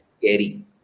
scary